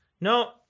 No